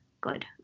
good